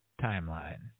timeline